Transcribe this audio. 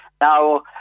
Now